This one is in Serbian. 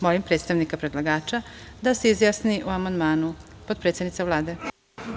Molim predstavnika predlagača da se izjasni o amandmanu, potpredsednica Vlade.